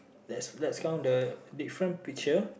let's let's count the different picture